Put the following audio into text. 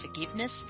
forgiveness